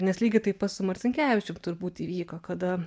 nes lygiai taip pat su marcinkevičium turbūt įvyko kada